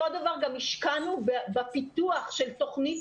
אותו דבר גם השקענו בפיתוח של תוכנית